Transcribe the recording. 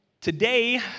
today